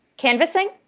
Canvassing